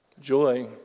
joy